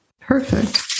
Perfect